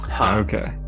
Okay